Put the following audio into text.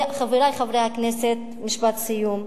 חברי חברי הכנסת, משפט סיום.